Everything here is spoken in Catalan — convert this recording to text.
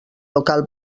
local